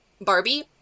Barbie